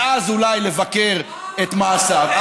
ואז אולי לבקר את מעשיו.